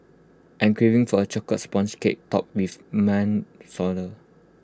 I am craving for A Chocolate Sponge Cake Topped with